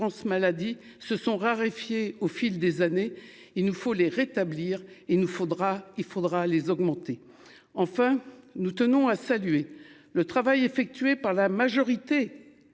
se sont raréfiés au fil des années, il nous faut les rétablir. Il nous faudra il faudra les augmenter. Enfin, nous tenons à saluer le travail effectué par la majorité.